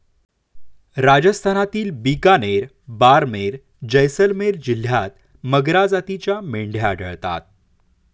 राजस्थानातील बिकानेर, बारमेर, जैसलमेर जिल्ह्यांत मगरा जातीच्या मेंढ्या आढळतात